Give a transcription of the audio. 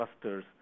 clusters